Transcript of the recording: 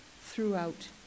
throughout